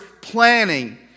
planning